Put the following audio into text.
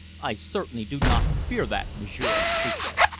i certainly do not fear that, m'sieur, he said.